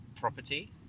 property